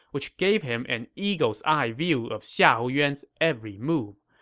which gave him an eagle's eye view of xiahou yuan's every move.